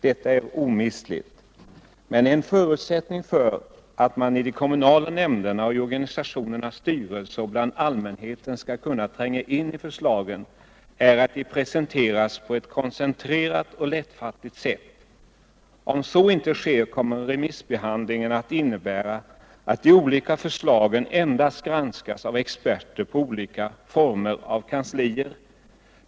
Detta är omistligt. Men en förutsättning för att man i de kommunala nämnderna och i organisationernas styrelser och bland allmänheten skall kunna tränga in i förslagen är att de presenteras på ett koncentrerat och lättfattligt sätt. Om så inte sker kommer remissbehandlingen att innebära att de olika förslagen endast granskas av experter på olika former av kanslier.